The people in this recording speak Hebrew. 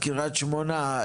קריית שמונה,